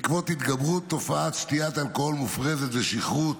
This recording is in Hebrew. בעקבות התגברות תופעת שתיית אלכוהול מופרזת ושכרות,